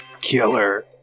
Killer